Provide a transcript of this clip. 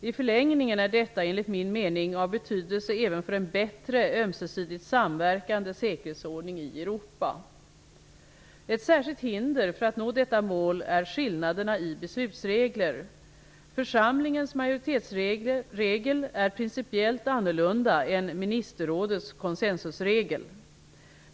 I förlängningen är detta, enligt min mening, av betydelse även för en bättre, ömsesidigt samverkande säkerhetsordning i Europa. Ett särskilt hinder för att nå detta mål är skillnaderna i beslutsregler. Församlingens majoritetsregel är principiellt annorlunda än ministerrådets konsensusregel.